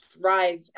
thrive